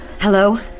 Hello